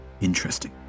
interesting